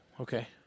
Okay